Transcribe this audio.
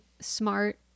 smart